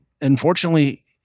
unfortunately